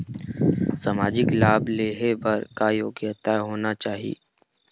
सामाजिक लाभ लेहे बर का योग्यता होना चाही?